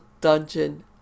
dungeon